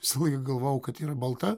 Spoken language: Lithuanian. visą laiką galvojau kad yra balta